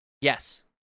yes